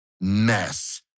mess